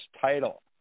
title